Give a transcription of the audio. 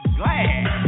glass